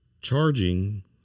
charging